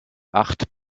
acht